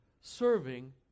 serving